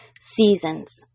seasons